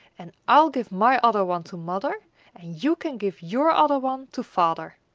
and i'll give my other one to mother and you can give your other one to father!